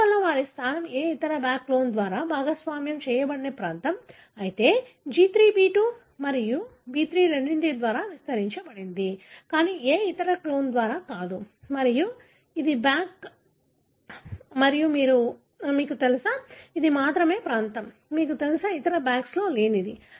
అందువల్ల వారి స్థానం ఏ ఇతర BAC క్లోన్ ద్వారా భాగస్వామ్యం చేయబడని ప్రాంతం అయితే G3 B2 మరియు B3 రెండింటి ద్వారా విస్తరించబడింది కానీ ఏ ఇతర క్లోన్ ద్వారా కాదు మరియు ఇది BAC మరియు మీకు తెలుసా ఇది మాత్రమే ప్రాంతం మీకు తెలుసు ఇతర BACS లో లేనిది